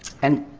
and,